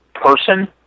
Person